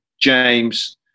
James